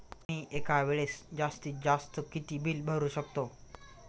मी एका वेळेस जास्तीत जास्त किती बिल भरू शकतो?